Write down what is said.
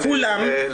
בנאי.